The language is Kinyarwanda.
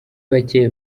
bake